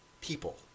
people